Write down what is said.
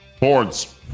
boards